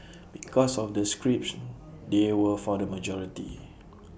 because of the scripts they were for the majority